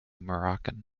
moroccan